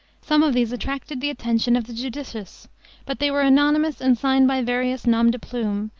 some of these attracted the attention of the judicious but they were anonymous and signed by various noms de plume,